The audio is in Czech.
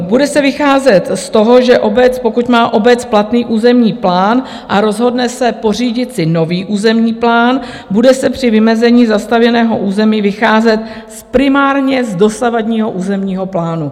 Bude se vycházet z toho, že pokud má obec platný územní plán a rozhodne se pořídit si nový územní plán, bude se při vymezení zastavěného území vycházet primárně z dosavadního územního plánu.